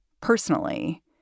personally